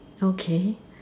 okay